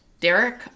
Derek